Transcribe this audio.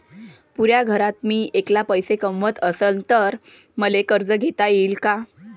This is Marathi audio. पुऱ्या घरात मी ऐकला पैसे कमवत असन तर मले कर्ज घेता येईन का?